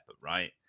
right